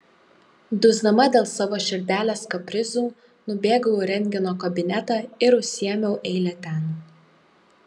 dusdama dėl savo širdelės kaprizų nubėgau į rentgeno kabinetą ir užsiėmiau eilę ten